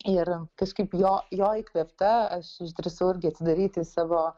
ir kažkaip jo jo įkvėpta aš išdrįsau irgi atsidaryti savo